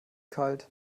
kalt